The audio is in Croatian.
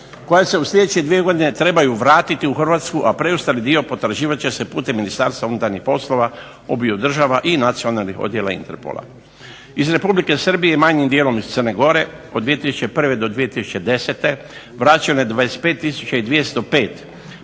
koja se u sljedeće dvije godine trebaju vratiti u Hrvatsku, a preostali dio potraživat će putem Ministarstva unutarnjih poslova obiju država i nacionalnih odjela Interpola. Iz Republike Srbije manjim dijelom iz Crne Gore od 2001. do 2010. vraćeno je 25